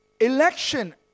Election